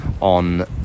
on